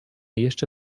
jeszcze